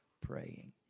Praying